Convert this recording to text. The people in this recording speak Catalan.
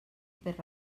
per